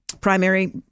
primary